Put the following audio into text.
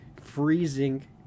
freezing